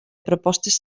propostes